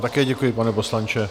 Také vám děkuji, pane poslanče.